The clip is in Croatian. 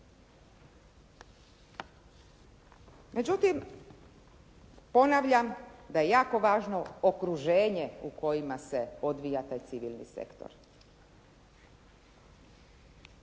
Međutim, ponavljam da je jako važno okruženje u kojima se odvija taj civilni sektor.